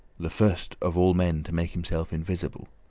the first of all men to make himself invisible,